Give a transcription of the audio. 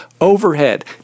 overhead